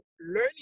learning